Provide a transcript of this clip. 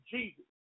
Jesus